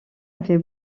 avait